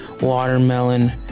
watermelon